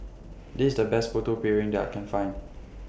This The Best Putu Piring that I Can Find